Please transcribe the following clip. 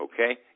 okay